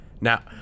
Now